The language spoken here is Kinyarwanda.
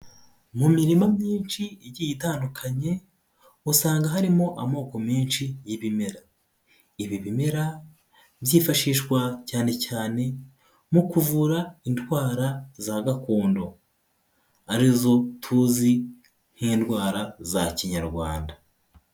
Mu mirima myinshi igiye itandukanye usanga harimo amoko menshi y'ibimera. Ibi bimera byifashishwa cyane cyane mu kuvura indwara za gakondo, arizo tuzi nk'indwara za Kinyarwanda.